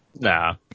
Nah